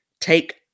take